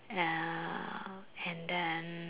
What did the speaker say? ya and then